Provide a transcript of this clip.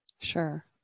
Sure